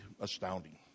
astounding